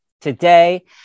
today